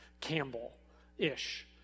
Campbell-ish